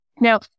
Now